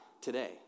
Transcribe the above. today